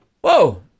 Whoa